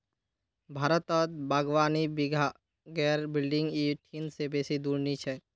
भारतत बागवानी विभागेर बिल्डिंग इ ठिन से बेसी दूर नी छेक